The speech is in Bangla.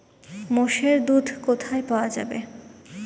মোষের দুধ কোথায় পাওয়া যাবে?